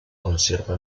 conserva